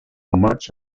much